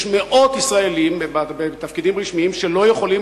יש מאות ישראלים בתפקידים רשמיים שלא יכולים